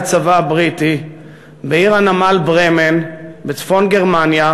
הצבא הבריטי בעיר הנמל ברמן בצפון גרמניה,